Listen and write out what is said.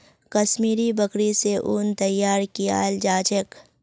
कश्मीरी बकरि स उन तैयार कियाल जा छेक